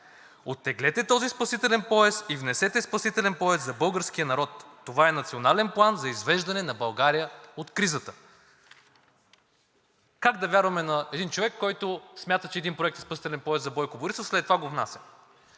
Оттеглете този спасителен пояс и внесете спасителен пояс за българския народ. Това е национален план за извеждане на България от кризата.“ Как да вярваме на един човек, който смята, че един проект е спасителен пояс за Бойко Борисов, след това го внася?